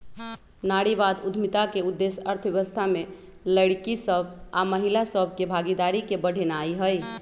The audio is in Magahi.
नारीवाद उद्यमिता के उद्देश्य अर्थव्यवस्था में लइरकि सभ आऽ महिला सभ के भागीदारी के बढ़ेनाइ हइ